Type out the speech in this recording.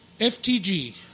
FTG